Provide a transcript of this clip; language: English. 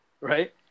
right